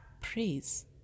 praise